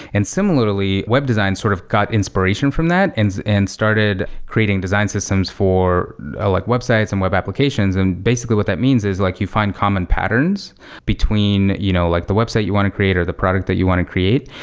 and similarly, web design sort of got inspiration from that and and started creating design systems for ah like websites and web applications. and basically, what that means is like you find common patterns between you know like the website you want to create or the product that you want to create.